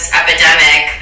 epidemic